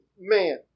man